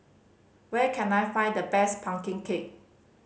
where can I find the best pumpkin cake